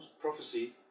prophecy